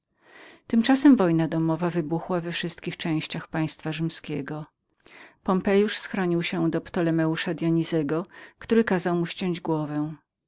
tymczasem wojna domowa wybuchła we wszystkich częściach państwa rzymskiego pompejusz schronił się do ptolomeusza dyonizego który kazał mu ściąć głowę